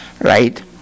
right